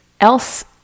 else